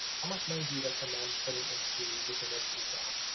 how much money do you recommend putting into this emergency account?